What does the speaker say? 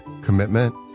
commitment